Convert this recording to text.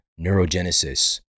neurogenesis